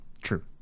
True